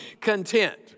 content